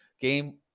game